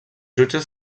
jutges